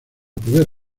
poder